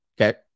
Okay